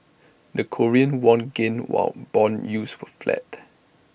the Korean won gained while Bond yields were flat